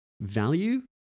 Value